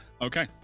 okay